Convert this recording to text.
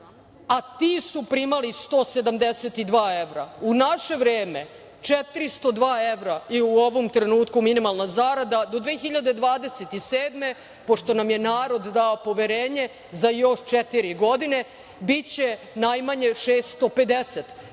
a ti su primali 172 evra. U naše vreme, 402 evra je u ovom trenutku minimalna zarada. Do 2027. godine, pošto nam je narod dao poverenje za još četiri godine, biće najmanje 650